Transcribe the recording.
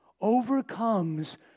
overcomes